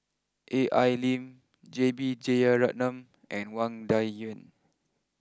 A I Lim J B Jeyaretnam and Wang Dayuan